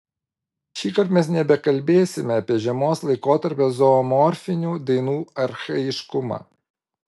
šįkart mes nebekalbėsime apie žiemos laikotarpio zoomorfinių dainų archaiškumą